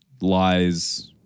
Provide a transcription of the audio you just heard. lies